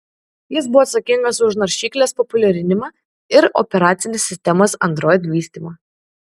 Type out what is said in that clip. jis buvo atsakingas už naršyklės populiarinimą ir operacinės sistemos android vystymą